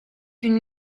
une